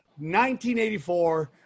1984